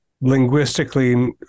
linguistically